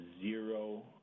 zero